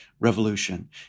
Revolution